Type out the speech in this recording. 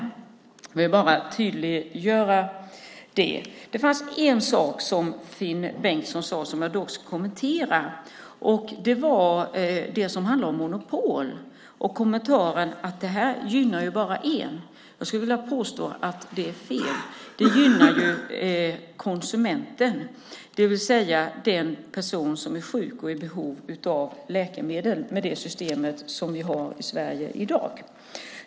Jag vill bara tydliggöra det. Det var dock en sak som Finn Bengtsson sade som jag ska kommentera. Det var det som handlade om monopol och kommentaren att det gynnar bara en. Jag skulle vilja påstå att det är fel. Det system som vi har i dag gynnar konsumenten, det vill säga den person som är sjuk och som är i behov av läkemedel.